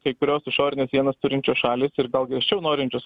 kai kurios išorines sienas turinčios šalys ir gal griežčiau norinčios